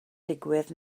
digwydd